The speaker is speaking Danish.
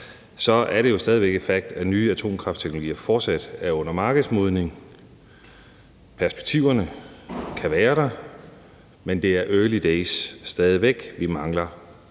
så er det jo stadig væk et fact, at nye atomkraftteknologier fortsat er under markedsmodning. Perspektiverne kan være der, men det er early days stadig væk, vi mangler